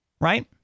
Right